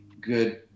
good